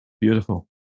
Beautiful